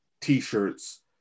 t-shirts